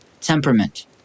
temperament